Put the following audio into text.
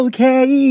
Okay